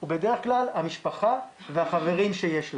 הוא בדרך כלל המשפחה והחברים שיש להם.